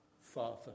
Father